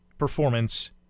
performance